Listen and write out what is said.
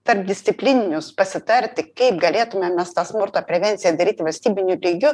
tarpdisciplininius pasitarti kaip galėtume mes tą smurto prevenciją daryti valstybiniu lygiu